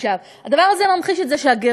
עכשיו, הדבר הזה ממחיש את זה שהגירעון